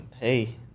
hey